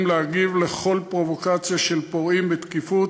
להגיב לכל פרובוקציה של פורעים בתקיפות,